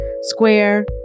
Square